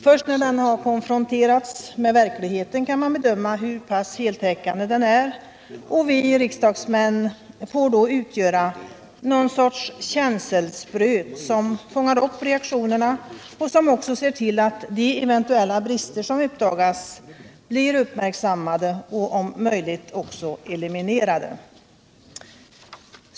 Först när den har konfronterats med verkligheten kan man bedöma hur pass heltäckande den är, och vi riksdagsledamöter får då utgöra någon sorts känselspröt som fångar upp reaktionerna och som också ser till att de eventuella brister som uppdagas blir uppmärksammade och om möjligt också eliminerade.